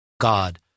God